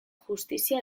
justizia